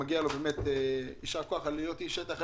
מגיע לו באמת יישר כוח על שהוא איש שטח.